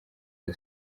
izo